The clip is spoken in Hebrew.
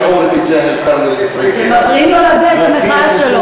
אתם מפריעים לו להביע את המחאה שלו,